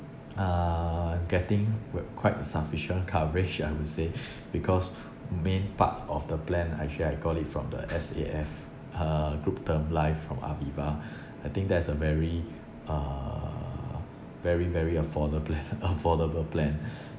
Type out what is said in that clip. uh getting quite sufficient coverage I would say because main part of the plan actually I got it from the S_A_F uh group term life from aviva I think that's a very uh very very affordable pla~ affordable plan